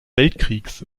weltkriegs